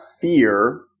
fear